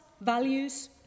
values